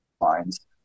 lines